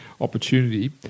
opportunity